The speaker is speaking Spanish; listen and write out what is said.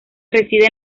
reside